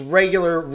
regular